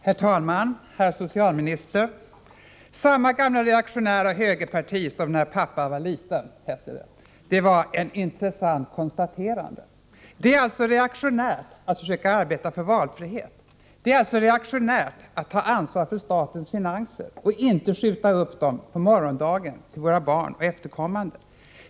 Herr talman! Samma gamla reaktionära högerparti som då pappa var liten, säger socialministern. Det var ett intressant konstaterande. Det är alltså reaktionärt att försöka arbeta för valfrihet. Det är alltså reaktionärt att ta ansvar för statens finanser och inte skjuta upp detta till morgondagen, till våra barn och efterkommande.